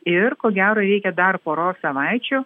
ir ko gero reikia dar poros savaičių